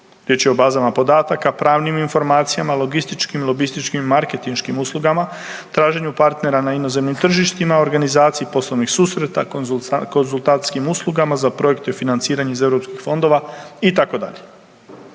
Riječ je o bazama podataka, pravnim informacijama, logističkim i lobističkim i marketinškim uslugama, traženju partnera na inozemnim tržištima, organizaciji poslovnih susreta, konzultantskim uslugama za projekte financiranja iz eu fondova itd.